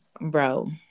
bro